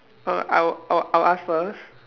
err I'll I'll I'll ask first